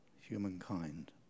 humankind